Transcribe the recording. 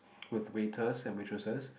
with waiters and waitresses